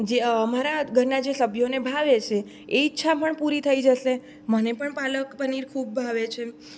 જે અમારા ઘરના જે સભ્યોને ભાવે છે એ ઈચ્છા પણ પૂરી થઈ જશે મને પણ પાલક પનીર ખૂબ ભાવે છે